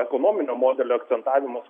ekonominio modelio akcentavimas